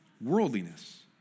worldliness